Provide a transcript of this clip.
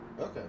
Okay